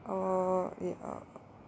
ए